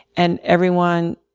and everyone,